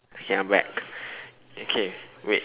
okay I'm back okay wait